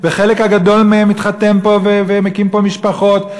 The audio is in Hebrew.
וחלקם הגדול מתחתנים פה ומקימים פה משפחות,